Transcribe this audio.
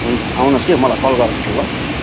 हुन्छ आउनुहोस् कि मलाई कल गर्नुहोस् न ल